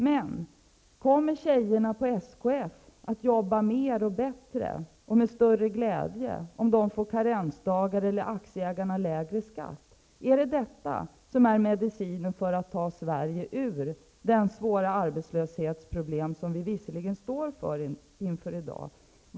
Men kommer tjejerna på SKF att jobba mer och bättre och med större glädje, om de får karensdagar eller om aktieägarna får lägre skatt? Är det detta som är medicinen för att ta Sverige ur de svåra arbetslöshetsproblem som vi står inför i dag?